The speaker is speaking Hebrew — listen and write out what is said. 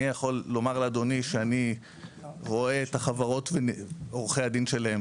אני יכול לומר לאדוני שאני רואה את החברות ואת עורכי הדין שלהן